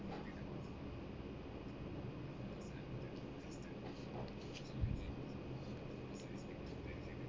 is